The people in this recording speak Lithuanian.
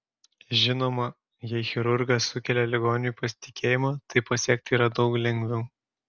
žinoma jei chirurgas sukelia ligoniui pasitikėjimą tai pasiekti yra daug lengviau